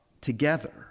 together